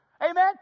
Amen